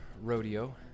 rodeo